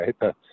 right